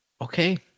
Okay